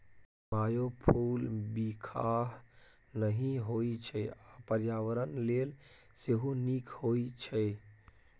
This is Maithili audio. बायोफुल बिखाह नहि होइ छै आ पर्यावरण लेल सेहो नीक होइ छै